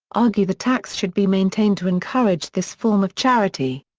argue the tax should be maintained to encourage this form of charity.